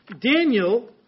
Daniel